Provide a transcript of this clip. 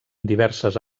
diverses